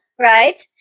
Right